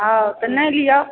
आ नहि लिअ